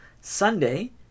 Sunday